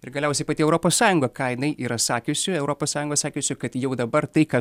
ir galiausiai pati europos sąjunga ką jinai yra sakiusi europos sąjungos sakiusi kad jau dabar tai ką